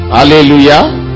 Hallelujah